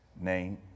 name